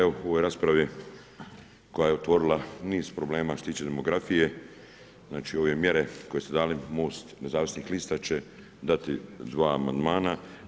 Evo u ovoj raspravi koja je otvorila niz problema što se tiče demografije, znači ove mjere koje ste dali MOST nezavisnih lista će dati dva amandmana.